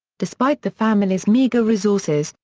despite the family's meagre resources,